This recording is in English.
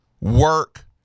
work